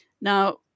Now